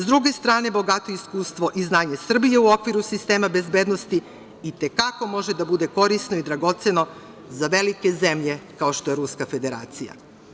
S druge strane, bogato iskustvo i znanje Srbije u okviru sistema bezbednosti i te kako može da bude korisno i dragoceno za velike zemlje kao što je Ruska Federacija.